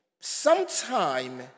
sometime